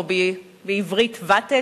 או בעברית "ואטק".